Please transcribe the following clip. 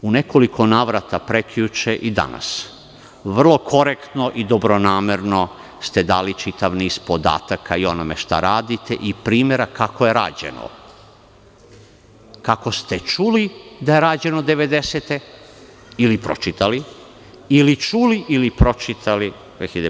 U nekoliko navrata prekjuče i danas, vrlo korektno i dobronamerno ste dali čitav niz podataka i o onome šta radite i primera kako je rađeno, kako ste čuli da je rađeno 90-te, ili pročitali, ili čuli ili pročitali 2001. godine.